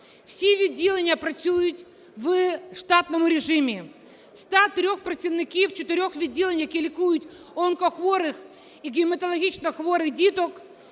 Всі відділення працюють в штатному режимі. Зі 103-х працівників чотирьох відділень, які лікують онкохворих і гематологічнохворих діток,